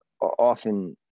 often